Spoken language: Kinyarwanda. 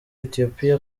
etiyopiya